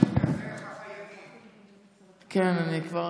הרווחה והבריאות נתקבלה.